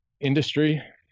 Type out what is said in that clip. industry